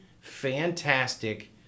fantastic